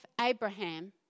Abraham